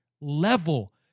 level